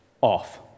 off